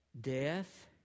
death